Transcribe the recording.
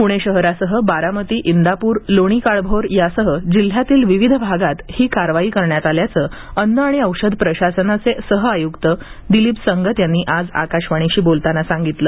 पुणे शहरासह बारामती इंदापूर लोणी काळभोर यासह जिल्हयातील विविध भागात ही कारवाई करण्यात आल्याचं अन्न आणि औषध प्रशासनाचे अन्न विभागाचे सहआयुक्त दिलीप संगत यांनी आज आकाशवाणीशी बोलताना सांगितलं